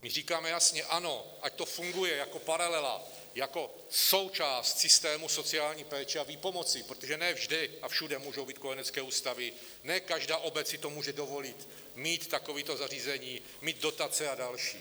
My říkáme jasně ano, ať to funguje jako paralela, jako součást systému sociální péče a výpomoci, protože ne vždy a všude můžou být kojenecké ústavy, ne každá obec si to může dovolit, mít takovéto zařízení, mít dotace a další.